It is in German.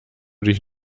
dich